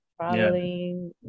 traveling